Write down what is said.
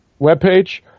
webpage